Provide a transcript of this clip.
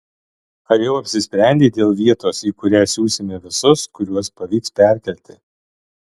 ar jau apsisprendei dėl vietos į kurią siusime visus kuriuos pavyks perkelti